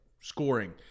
scoring